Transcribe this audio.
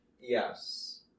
Yes